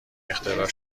اختراع